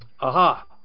Aha